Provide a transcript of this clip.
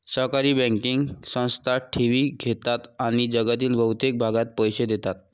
सहकारी बँकिंग संस्था ठेवी घेतात आणि जगातील बहुतेक भागात पैसे देतात